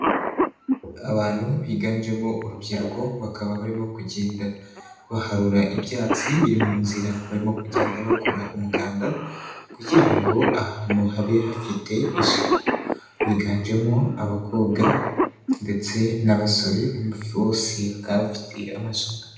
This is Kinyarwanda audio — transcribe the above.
Abantu biganjemo urubyiruko, bakaba barimo kugenda, baharura ibyatsi biri mu nzira, barimo kugenda bakora umuganda kugira ngo ahantu habe hafite isuku. Higanjemo abakobwa ndetse n'abasore bose bakaba bafite amasuka.